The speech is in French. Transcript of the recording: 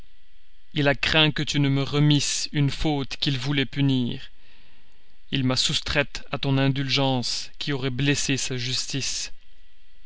il a craint que tu ne me remis une faute qu'il voulait punir il m'a soustraite à ton indulgence qui aurait blessé sa justice